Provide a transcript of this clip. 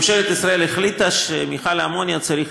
ממשלת ישראל החליטה שמפעל האמוניה צריך